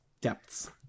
depths